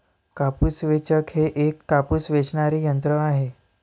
कापूस वेचक हे एक कापूस वेचणारे यंत्र आहे